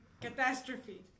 catastrophe